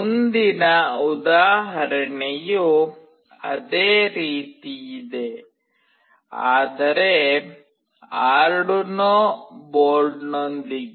ಮುಂದಿನ ಉದಾಹರಣೆಯು ಅದೇ ರೀತಿ ಇದೆ ಆದರೆ ಆರ್ಡುನೊ ಬೋರ್ಡ್ನೊಂದಿಗೆ